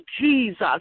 Jesus